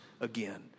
again